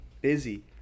busy